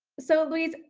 so, louise,